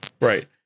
Right